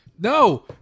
No